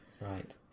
Right